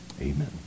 Amen